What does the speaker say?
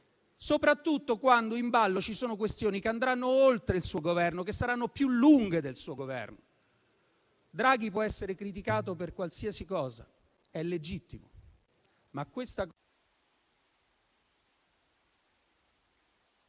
soprattutto quando in ballo ci sono questioni che andranno oltre il suo Governo e che saranno più lunghe del suo Governo. Draghi può essere criticato per qualsiasi cosa, è legittimo,